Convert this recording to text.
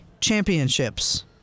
championships